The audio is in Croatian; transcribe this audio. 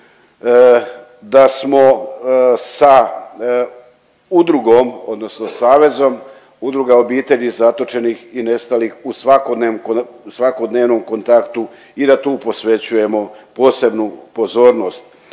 da smo sa udrugom odnosno Savezom udruga obitelji zatočenih i nestalih u svakodnevnom kontaktu i da tu posvećujemo posebnu pozornost.